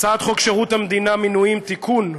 הצעת חוק שירות המדינה (מינויים) (תיקון,